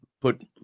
put